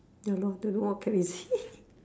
ya lor don't know what crazy